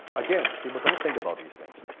again, people don't think about these things.